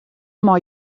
mei